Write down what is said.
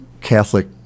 Catholic